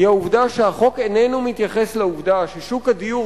היא העובדה שהחוק איננו מתייחס לעובדה ששוק הדיור,